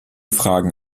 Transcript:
fragen